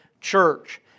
church